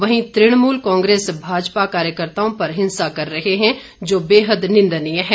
वहीं तृणमुल कांग्रेस भाजपा कार्यकर्ताओं पर हिंसा कर रहे हैं जो बेहद निंदनीय है